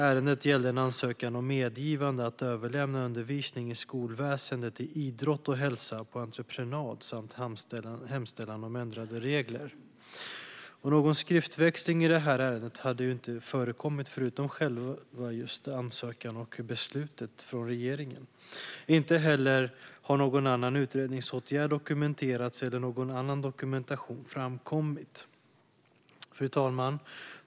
Ärendet gäller ansökan om medgivande att överlämna undervisning i skolväsendet i idrott och hälsa på entreprenad samt hemställan om ändrade regler. Någon skriftväxling i ärendet har inte förekommit utöver just själva ansökan och beslutet från regeringen. Inte heller har någon annan utredningsåtgärd dokumenterats eller någon annan dokumentation framkommit. Fru talman!